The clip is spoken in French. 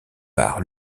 parts